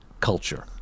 culture